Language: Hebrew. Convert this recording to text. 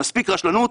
מספיק ברשלנות,